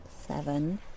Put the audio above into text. seven